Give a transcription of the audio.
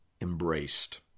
embraced